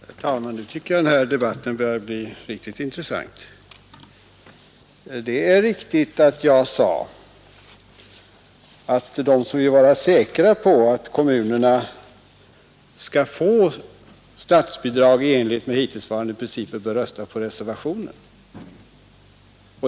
Herr talman! Nu tycker jag den här debatten börjar bli intressant Det är riktigt att jag sade att den som vill bevara kommunernas möjligheter att få statsbidrag i enlighet med hittills gällande bestämmelser gör klokast i att rösta med reservationen.